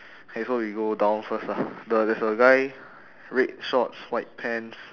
okay so we go down first lah the there's a guy red shorts white pants